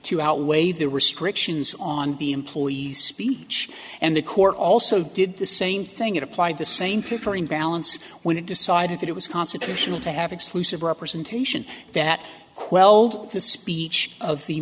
to outweigh the restrictions on the employee speech and the court also did the same thing it applied the same pickering balance when it decided that it was constitutional to have exclusive representation that quelled the speech of the